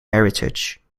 heritage